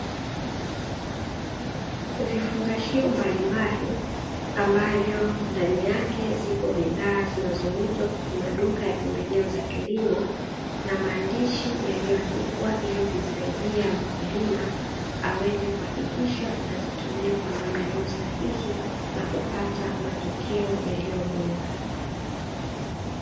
Vifungashio mbalimbali ambavyo ndani yake zipo bidhaa zinazouzwa kwenye maduka ya pembejeo za kilimo, na maandishi yaliyoandikwa ili kumsaidia mkulima aweze kuhakikisha anazitumia kwa namna iliyo sahihi, na kupata matokeo yaliyo bora.